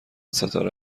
ستاره